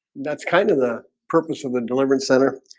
that's kind of the purpose of the deliverance center.